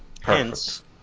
Hence